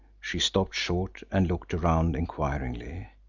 she stopped short and looked around enquiringly.